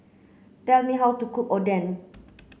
please tell me how to cook Oden